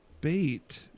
bait